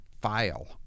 file